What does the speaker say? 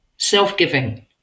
self-giving